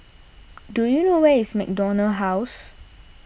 do you know where is MacDonald House